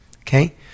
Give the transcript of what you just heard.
Okay